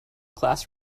class